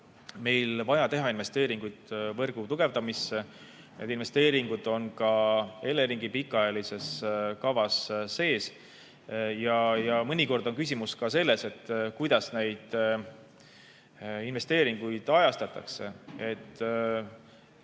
meil vaja teha investeeringuid võrgu tugevdamisse, need investeeringud on Eleringi pikaajalises kavas sees. Mõnikord on küsimus ka selles, kuidas neid investeeringuid ajastatakse.